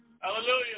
Hallelujah